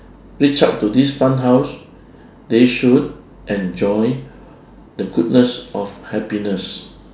reach out to this fun house they should enjoy the goodness of happiness